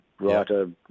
writer